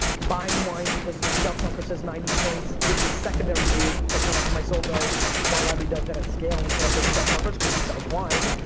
buying wine because the shelf talker says ninety points is the secondary move that crushes my soul, though wine library does that at scale we put up those shelf talkers cause it sells wine.